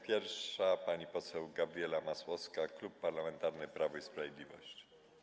Pierwsza zabierze głos pani poseł Gabriela Masłowska, Klub Parlamentarny Prawo i Sprawiedliwość.